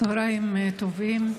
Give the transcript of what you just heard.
צוהריים טובים.